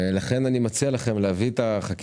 לכן אני מציע לכם להביא את הצעת החוק